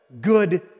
good